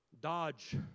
Dodge